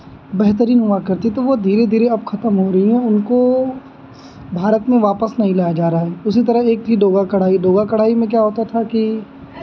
बेहतरीन हुआ करती तो वो धीरे धीर अब खतम हो रही हैं उनको भारत में वापस नहीं लाया जा रहा है उसी तरह एक थी दोगा कढ़ाई दोगा कढ़ाई में क्या होता था कि